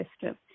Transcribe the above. system